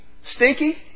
stinky